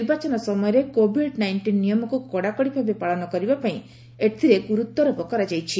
ନିର୍ବାଚନ ସମୟରେ କୋଭିଡ୍ ନାଇଷିନ୍ ନିୟମକୁ କଡ଼ାକଡ଼ି ଭାବେ ପାଳନ କରିବା ପାଇଁ ଏକ ଗୁରୁତ୍ୱାରୋପ କରାଯାଇଛି